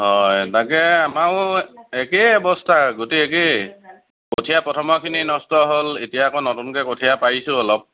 অঁ তাকে আমাৰো একে অৱস্থা গতি একেই কঠীয়া প্ৰথমৰ খিনি নষ্ট হ'ল এতিয়া আকৌ নতুনকৈ কঠীয়া পাৰিছোঁ অলপ